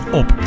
op